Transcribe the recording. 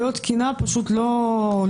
להיות כנה, פשוט לא לשקר.